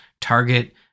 target